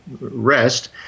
rest